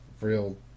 real